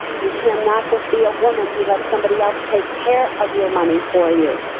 you cannot just be a woman who lets somebody else take care of your money for you.